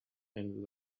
and